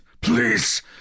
Please